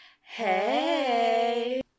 Hey